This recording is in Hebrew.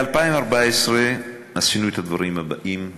ב-2014 עשינו את הדברים הבאים,